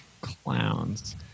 clowns